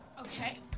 Okay